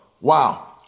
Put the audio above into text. wow